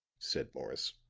said morris.